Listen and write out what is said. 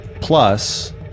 plus